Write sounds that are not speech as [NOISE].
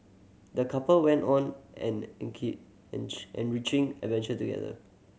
the couple went on an [UNINTELLIGIBLE] enrich enriching adventure together